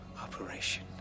operation